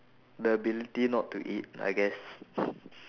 the ability not to eat I guess